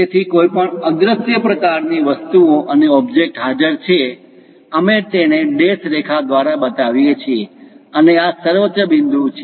તેથી કોઈપણ અદ્રશ્ય પ્રકારની વસ્તુઓ અને ઓબ્જેક્ટ હાજર છે અમે તેને ડેશે રેખા દ્વારા બતાવીએ છીએ અને આ સર્વોચ્ચ બિંદુ છે